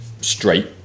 straight